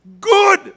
good